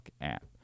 app